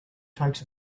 takes